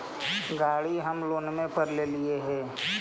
गाड़ी हम लोनवे पर लेलिऐ हे?